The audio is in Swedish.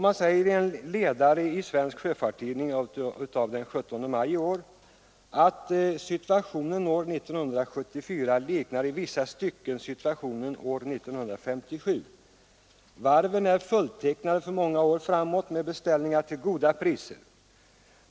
I en ledare i Svensk Sjöfarts Tidning den 17 maj i år står det att situationen år 1972 liknar i vissa stycken situationen år 1957. Varven är fulltecknade för många år framåt med beställningar till goda priser.